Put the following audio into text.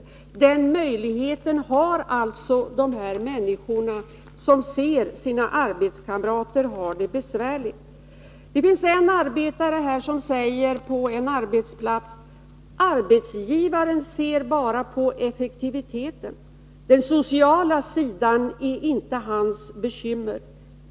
Den möjligheten har de därför att de ser när arbetskamrater har det besvärligt. I den här skriften säger en arbetare: ”Arbetsgivaren ser bara på effektiviteten. Den sociala sidan är inte hans bekymmer.